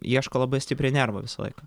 ieško labai stipriai nervų visą laiką